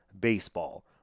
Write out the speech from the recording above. baseball